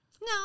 No